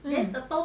um